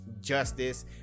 justice